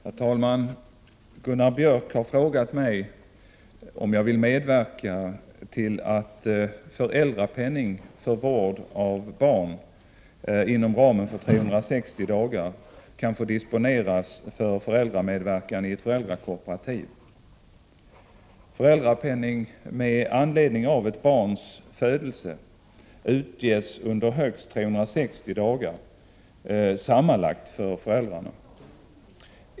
Herr talman! Gunnar Björk har frågat mig om jag vill medverka till att föräldrapenning för vård av barn inom ramen för 360 dagar kan få disponeras för föräldramedverkan i ett föräldrakooperativ. Föräldrapenning med anledning av ett barns födelse utges under sammanlagt högst 360 dagar för föräldrarna.